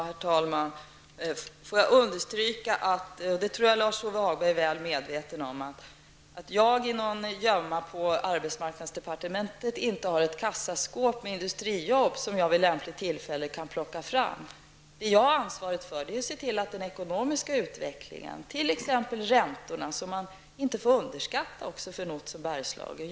Herr talman! Får jag understryka, och det tror jag Lars-Ove Hagberg är väl medveten om, att jag inte i någon gömma på arbetsmarknadsdepartementet har ett kassaskåp med industriarbeten som jag kan plocka fram vid lämpligt tillfälle. Jag har ansvaret för att se till den ekonomiska utvecklingen, t.ex. räntorna, som man inte får underskatta när det gäller dessa orter i Bergslagen.